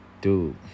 Dude